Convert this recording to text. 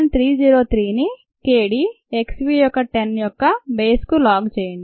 303 ని k d x v యొక్క 10 యొక్క బేస్ కు లాగ్ చేయండి